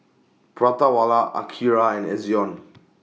Prata Wala Akira and Ezion